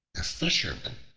a fisherman,